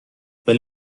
ولی